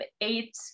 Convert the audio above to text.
eight